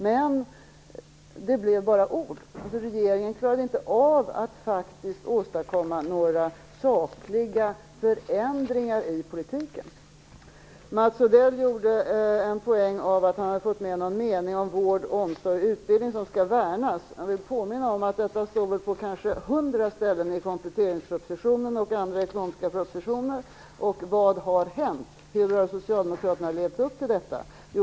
Men det blev bara ord; regeringen klarade inte av att faktiskt åstadkomma några sakliga förändringar i politiken. Mats Odell gjorde en poäng av att han hade fått med en mening om att vård, omsorg och utbildning skall värnas. Jag vill påminna om att detta står på kanske hundra ställen i kompletteringspropositionen och andra ekonomiska propositioner. Men vad har hänt? Hur har socialdemokraterna levt upp till detta?